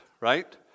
right